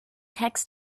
tax